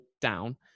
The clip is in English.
down